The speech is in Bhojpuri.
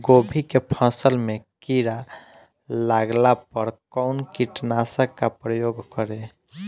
गोभी के फसल मे किड़ा लागला पर कउन कीटनाशक का प्रयोग करे?